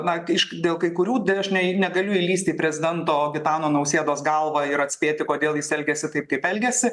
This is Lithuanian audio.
na iš dėl kai kurių tai aš ne į negaliu įlįsti prezidento gitano nausėdos galvą ir atspėti kodėl jis elgiasi taip kaip elgiasi